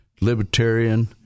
Libertarian